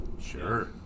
sure